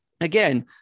again